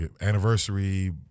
anniversary